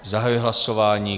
Zahajuji hlasování.